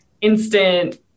instant